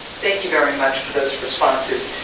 thank you very much for those responses.